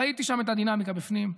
ראיתי שם את הדינמיקה בפנים.